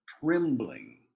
trembling